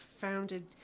founded